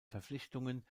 verpflichtungen